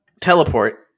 teleport